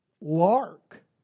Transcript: lark